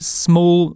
small